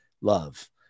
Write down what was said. love